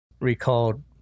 recalled